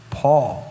paul